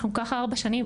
אנחנו ככה ארבע שנים,